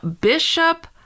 Bishop